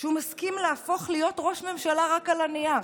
שהוא מסכים להפוך להיות ראש ממשלה רק על הנייר.